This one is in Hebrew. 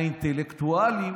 האינטלקטואלים,